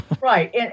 Right